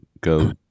go